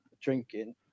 drinking